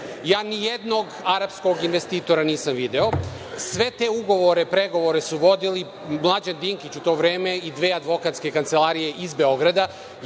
nijednog arapskog investitora nisam video. Sve te ugovore, pregovore su vodili Mlađan Dinkić u to vreme i dve advokatske kancelarije iz Beograda,